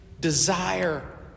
desire